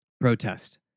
Protest